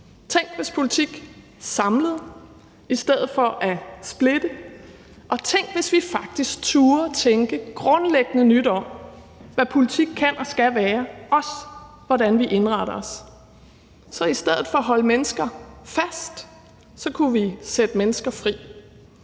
Tænk, hvis politik samlede i stedet for at splitte. Og tænk, hvis vi faktisk turde tænke grundlæggende nyt om, hvad politik kan og skal være, også i forhold til hvordan vi indretter os. I stedet for at holde mennesker fast kunne vi sætte mennesker fri.